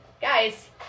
guys